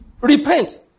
repent